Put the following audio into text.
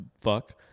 fuck